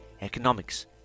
economics